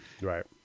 Right